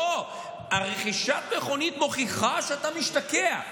לא, רכישת המכונית מוכיחה שאתה משתקע.